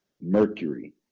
Mercury